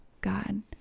God